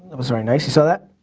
i'm sorry nice you saw that?